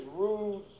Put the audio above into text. rude